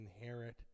inherit